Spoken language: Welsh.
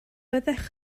byddech